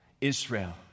Israel